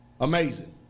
Amazing